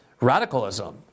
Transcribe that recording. radicalism